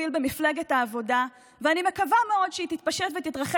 מפלגה שהוא היה צריך